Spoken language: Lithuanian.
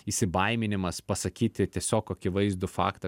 įsibaiminimas pasakyti tiesiog akivaizdų faktą